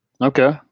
Okay